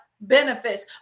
benefits